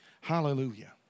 hallelujah